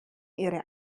ihre